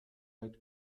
was